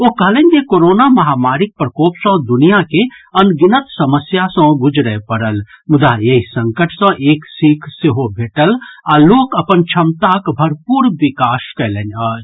ओ कहलनि जे कोरोना महामारीक प्रकोप सँ दुनिया के अनगिनत समस्या सँ गुजरय पड़ल मुदा एहि संकट सँ एक सीख सेहो भेटल आ लोक अपन क्षमताक भरपूर विकास कयलनि अछि